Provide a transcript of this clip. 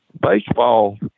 baseball